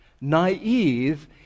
Naive